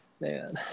Man